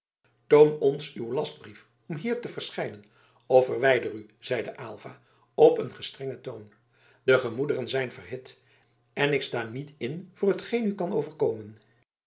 toon ons uw lastbrief om hier te verschijnen of verwijder u zeide aylva op een gestrengen toon de gemoederen zijn verhit en ik sta niet in voor hetgeen u kan overkomen